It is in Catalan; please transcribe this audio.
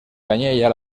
canyella